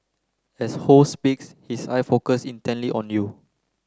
as Ho speaks his eye focus intently on you